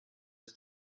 its